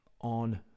on